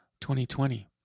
2020